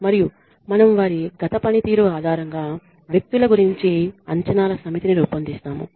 మరియు మనం వారి గత పనితీరు ఆధారంగా వ్యక్తుల గురించి అంచనాల సమితిని రూపొందిస్తాము